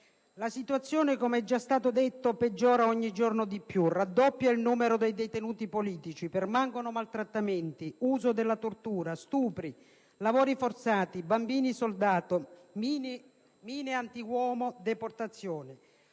La situazione, come è già stato detto, peggiora ogni giorno di più: raddoppia il numero dei detenuti politici, permangono maltrattamenti, uso della tortura, stupri, lavori forzati, bambini soldato, mine antiuomo, deportazioni.